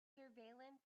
surveillance